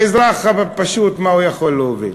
האזרח הפשוט, מה הוא יכול להוביל?